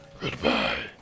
Goodbye